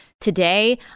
today